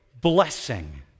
blessing